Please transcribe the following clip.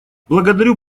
благодарю